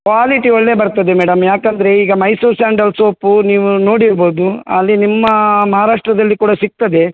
quality ಒಳ್ಳೆ ಬರ್ತದೆ madam ಯಾಕೆಂದ್ರೆ ಈಗ ಮೈಸೂರು ಸ್ಯಾಂಡಲ್ ಸೋಪು ನೀವು ನೋಡಿರಬೋದು ಅಲ್ಲಿ ನಿಮ್ಮ ಮಹಾರಾಷ್ಟದಲ್ಲಿ ಕೂಡ ಸಿಗ್ತದೆ